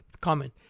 Comment